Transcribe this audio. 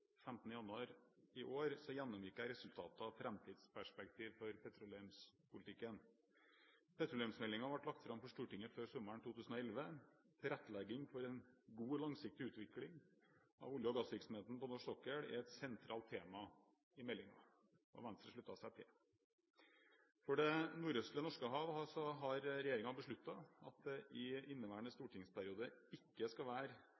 januar i år gjennomgikk jeg resultater og framtidsperspektiver for petroleumspolitikken. Petroleumsmeldingen ble lagt fram for Stortinget før sommeren 2011. Tilrettelegging for en god langsiktig utvikling av olje- og gassvirksomheten på norsk sokkel er et sentralt tema i meldingen. Venstre sluttet seg til den. For det nordøstlige Norskehavet har regjeringen besluttet at det i inneværende stortingsperiode ikke skal være